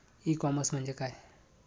E commerce म्हणजे काय?